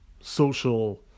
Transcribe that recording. social